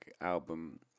album